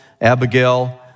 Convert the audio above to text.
Abigail